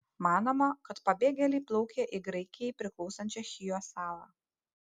manoma kad pabėgėliai plaukė į graikijai priklausančią chijo salą